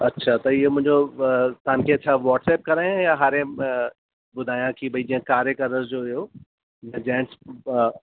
अछा त इहो मुंहिंजो तव्हांखे छा व्हाटसप कराए या हाणे ॿुधायां की भाई जीअं कारे कलर जो हुयो जैंड्स